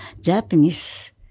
Japanese